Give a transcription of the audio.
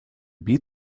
beat